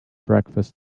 breakfast